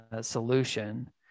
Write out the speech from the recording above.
solution